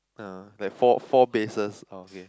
ah that four four bases oh okay